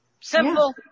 simple